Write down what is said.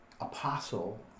apostle